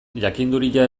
jakinduria